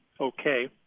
okay